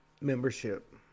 membership